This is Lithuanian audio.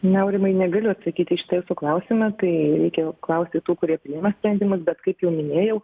na aurimai negaliu atsakyti į šitą jūsų klausimą tai reikia klausti tų kurie priima sprendimus bet kaip jau minėjau